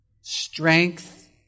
Strength